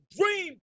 dream